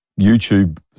YouTube